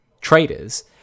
traders